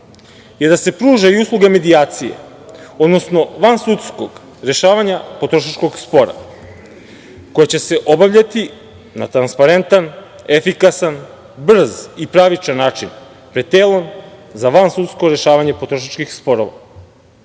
je i da se pruža usluga medijacije, odnosno vansudskog rešavanja potrošačkog spora koje će se obavljati na transparentan, efikasan, brz i pravičan način pred telom za vansudsko rešavanje potrošačkih sporova. Takođe,